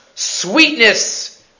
Sweetness